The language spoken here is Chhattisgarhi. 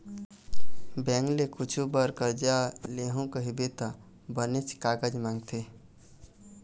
बेंक ले कुछु बर करजा लेहूँ कहिबे त बनेच कागज मांगथे